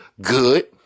good